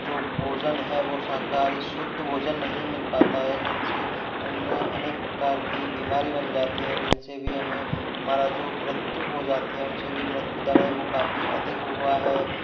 जो भोजन है वो शाकाहारी शुद्ध भोजन नहीं मिल पाता है जिन से उन्हें अनेक प्रकार की बीमारी बन जाती है जिन से भी हमें हमारी जो मृत्यु हो जाती है उन से भी मृत्यु दर है वो काफ़ी अधिक हुई है